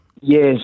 Yes